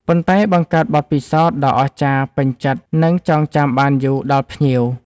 ប៉ុន្តែបង្កើតបទពិសោធន៍ដ៏អស្ចារ្យ ពេញចិត្ត និងចងចាំបានយូរដល់ភ្ញៀវ។